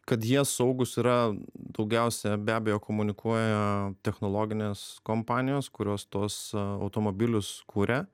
kad jie saugūs yra daugiausia be abejo komunikuoja technologinės kompanijos kurios tuos automobilius kuria